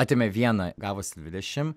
atėmė vieną gavosi dvidešim